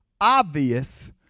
obvious